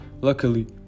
Luckily